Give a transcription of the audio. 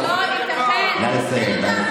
נא לסיים.